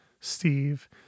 Steve